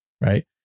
right